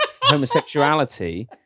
homosexuality